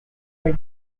for